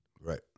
Right